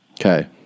Okay